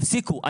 תפסיקו.